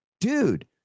dude